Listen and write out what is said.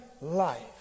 life